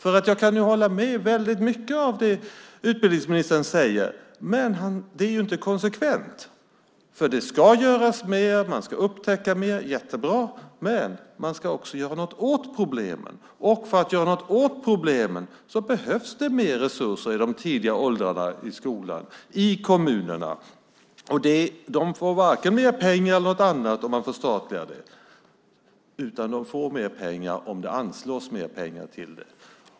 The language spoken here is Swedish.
Jag kan hålla med om väldigt mycket av det som utbildningsministern säger. Men det är inte konsekvent. Det ska göras mer och man ska upptäcka mer - jättebra! Men man ska också göra något åt problemen. Och för att göra något åt problemen behöver man mer resurser i de tidiga åldrarna i skolan i kommunerna. Skolan får varken mer pengar eller något annat om man förstatligar den. Den får mer pengar om det anslås mer pengar.